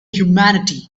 humanity